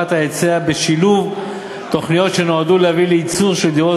ההיצע בשילוב תוכניות שנועדו להביא לייצור של דירות